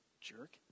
jerk